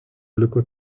liko